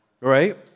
right